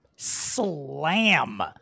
slam